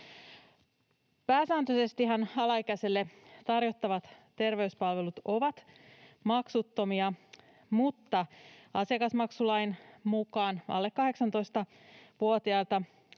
Pääsääntöisestihän alaikäiselle tarjottavat terveyspalvelut ovat maksuttomia, mutta asiakasmaksulain mukaan alle 18-vuotiailta